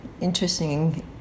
interesting